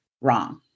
wrong